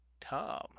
Tom